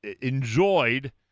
enjoyed